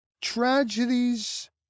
tragedies